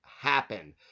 happen